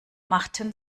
machten